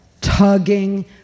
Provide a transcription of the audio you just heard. tugging